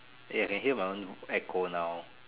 ya I can hear my own echo now